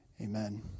Amen